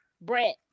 Brett